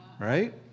Right